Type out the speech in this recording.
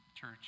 church